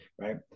right